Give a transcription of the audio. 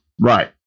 Right